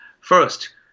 first